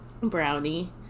brownie